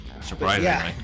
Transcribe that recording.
Surprisingly